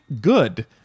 good